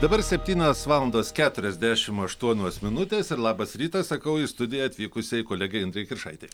dabar septynios valandos keturiasdešim aštuonios minutės ir labas rytas sakau į studiją atvykusiai kolegei indrei kiršaitei